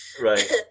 Right